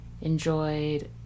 enjoyed